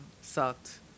sucked